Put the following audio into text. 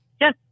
Yes